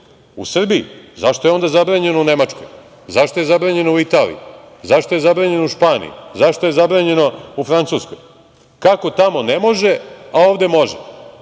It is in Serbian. u Srbiji, zašto je onda zabranjeno u Nemačkoj? Zašto je zabranjeno u Italiji? Zašto je zabranjeno u Španiji? Zašto je zabranjeno u Francuskoj? Kako tamo ne može, a ovde može?